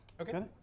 Okay